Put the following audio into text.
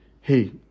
Hey